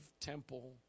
temple